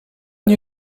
nie